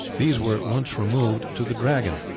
these were at once removed to the dragon.